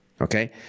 okay